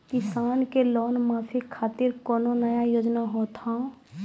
किसान के लोन माफी खातिर कोनो नया योजना होत हाव?